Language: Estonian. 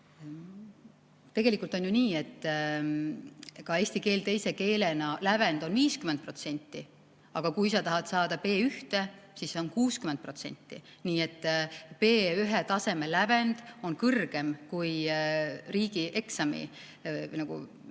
Tegelikult on ju nii, et ka eesti keele teise keelena lävend on 50%, aga kui sa tahad saada B1, siis on 60%. Nii et B1‑taseme lävend on kõrgem kui riigieksami,